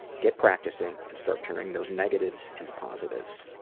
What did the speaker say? get practicing, and start turning those negatives into positives.